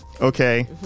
Okay